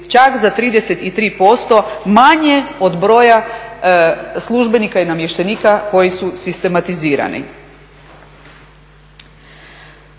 čak za 33% manje od broja službenika i namještenika koji su sistematizirani.